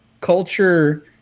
culture